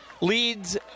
leads